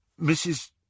Mrs